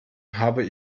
habe